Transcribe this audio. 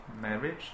marriage